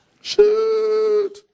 Shoot